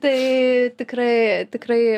tai tikrai tikrai